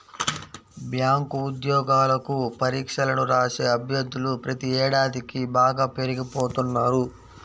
bank ఉద్యోగాలకు పరీక్షలను రాసే అభ్యర్థులు ప్రతి ఏడాదికీ బాగా పెరిగిపోతున్నారు